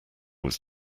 was